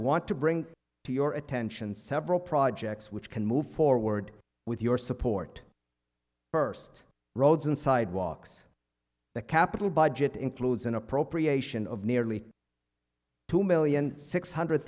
want to bring to your attention several projects which can move forward with your support first roads and sidewalks the capital budget includes an appropriation of nearly two million six hundred